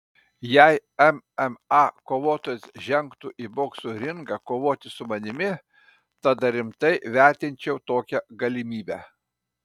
jei mma kovotojas žengtų į bokso ringą kovoti su manimi tada rimtai vertinčiau tokią galimybę